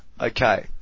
Okay